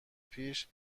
پیش